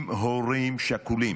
אם הורים שכולים